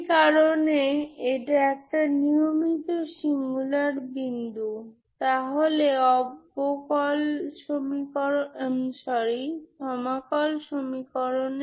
যদি আপনি λ 0 করেন তাহলে ইকুয়েশন টি কি